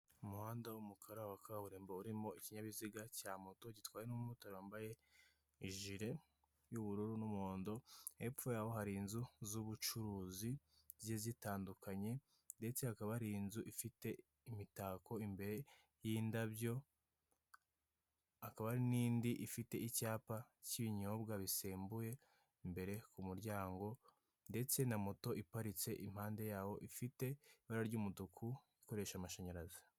Umuhanda w'umukara wa kaburimbo urimo ikinyabiziga cya moto gitwawe n'umumotari wambaye ijere y'ubururu n'umuhondo, hepfo yaho hari inzu z'ubucuruzi zigiye zitandukanye, ndetse hakaba ari inzu ifite imitako imbere yindabyo, hakaba hari n'indi ifite icyapa cy'ibinyobwa bisembuye imbere k'umuryango ndetse na moto iparitse impande yawo ifite ibara ry'umutuku ikoresha amashanyarazi.